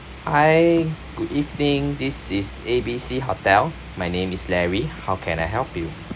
hi good evening this is A B C hotel my name is larry how can I help you